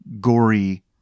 gory